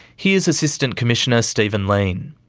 here's assistant commissioner stephen leane.